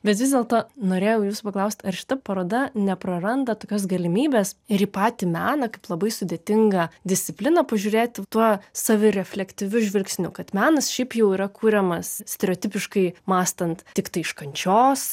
bet vis dėlto norėjau jūsų paklausti ar šita paroda nepraranda tokios galimybės ir į patį meną kaip labai sudėtingą discipliną pažiūrėti tuo savirefleksyviu žvilgsniu kad menas šiaip jau yra kuriamas stereotipiškai mąstant tiktai iš kančios